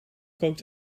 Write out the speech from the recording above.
kookt